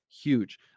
huge